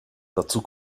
dazu